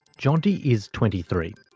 jeanti is twenty three.